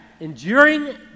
Enduring